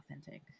authentic